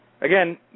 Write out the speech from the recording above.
Again